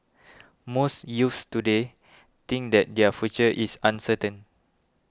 most youths today think that their future is uncertain